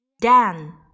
dan